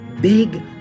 big